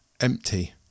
Empty